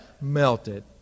melted